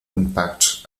impact